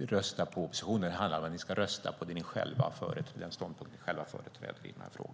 rösta på oppositionen. Det handlar om att ni ska rösta på den ståndpunkt som ni själva företräder i den här frågan.